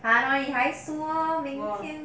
打了你还说明天